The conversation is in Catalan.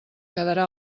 quedarà